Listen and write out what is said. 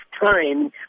time